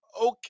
okay